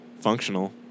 functional